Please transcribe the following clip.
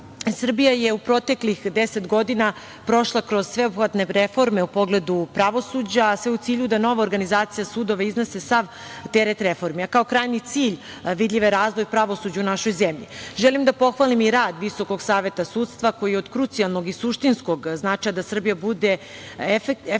je u proteklih deset godina prošla kroz sveobuhvatne reforme u pogledu pravosuđa, a sve u cilju da nova organizacija sudova iznese sav teret reformi, a kao krajnji cilj vidljiv je razvoj pravosuđa u našoj zemlji. Želim da pohvalim rad Visokog saveta sudstva, koji je od krucijalnog i suštinskog značaja da Srbija bude efektivna